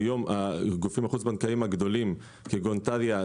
היום הגופים החוץ בנקאיים הגדולים כמו טריא,